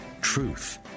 truth